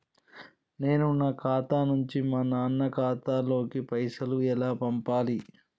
నేను నా ఖాతా నుంచి మా నాన్న ఖాతా లోకి పైసలు ఎలా పంపాలి?